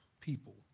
people